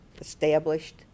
established